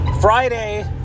Friday